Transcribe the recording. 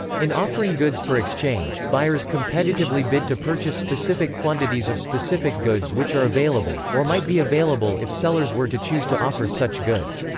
in offering goods for exchange, buyers competitively bid to purchase specific quantities of specific goods which are available, or might be available if sellers were to choose to offer such goods.